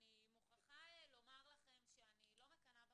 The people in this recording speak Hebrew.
אני מוכרחה לומר לכם שאני לא מקנאה בכם.